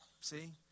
See